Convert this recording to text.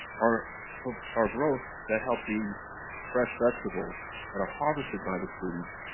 are ah are growth that help the fresh vegetables that are harvested by the students,